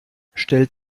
stellt